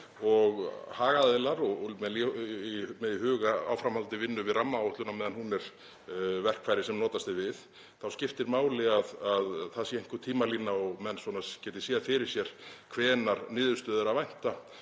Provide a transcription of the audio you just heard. Hagaðilar eru með í huga áframhaldandi vinnu við rammaáætlun á meðan hún er verkfæri sem notast er við og þá skiptir máli að það sé einhver tímalína og menn geti séð fyrir sér hvenær niðurstöðu er að vænta,